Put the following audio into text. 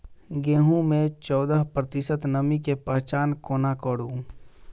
गेंहूँ मे चौदह प्रतिशत नमी केँ पहचान कोना करू?